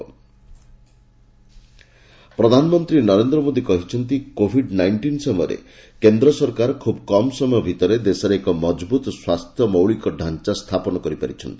PM budget allocation ପ୍ରଧାନମନ୍ତ୍ରୀ ନରେନ୍ଦ୍ର ମୋଦି କହିଛନ୍ତି କୋବିଡ୍ ନାଇଷ୍ଟିନ୍ ସମୟରେ କେନ୍ଦ୍ର ସରକାର ଖୁବ୍ କମ୍ ସମୟ ଭିତରେ ଦେଶରେ ଏକ ମଜଭୁତ ସ୍ୱାସ୍ଥ୍ୟ ମୌଳିକଢ଼ାଞ୍ଚା ସ୍ଥାପନ କରି ପାରିଛନ୍ତି